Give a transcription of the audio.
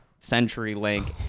CenturyLink